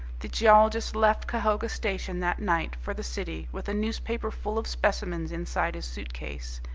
the geologist left cahoga station that night for the city with a newspaper full of specimens inside his suit-case,